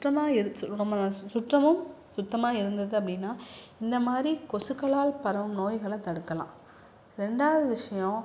சுற்றமா இரு நம்ம சுற்றமும் சுத்தமாக இருந்தது அப்படின்னா இந்த மாதிரி கொசுக்களால் பரவும் நோய்களைத் தடுக்கலாம் ரெண்டாவது விஷயம்